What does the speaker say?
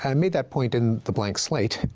i made that point in the blank slate,